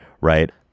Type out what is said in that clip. right